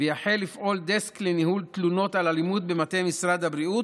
ויחל לפעול דסק לניהול תלונות על אלימות במטה משרד הבריאות,